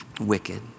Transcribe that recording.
wicked